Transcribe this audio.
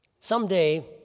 Someday